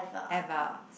ever